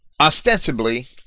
Ostensibly